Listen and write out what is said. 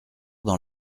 dans